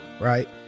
right